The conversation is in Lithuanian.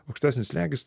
aukštesnis slėgis